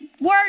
word